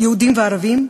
יהודים וערבים,